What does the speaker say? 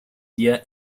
día